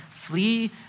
Flee